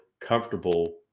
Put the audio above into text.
comfortable